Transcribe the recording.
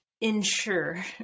ensure